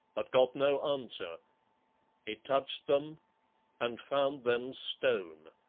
but got no answer he touched them and found them stone.